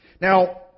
Now